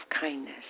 kindness